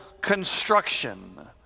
construction